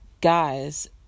guys